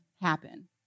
happen